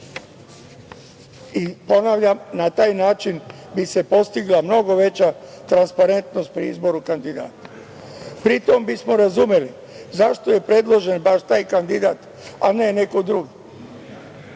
itd. Ponavljam, na taj način bi se postigla mnogo veća transparentnost pri izboru kandidata. Pri tome bi smo razumeli zašto je predložen baš taj kandidat, a ne neko drugi.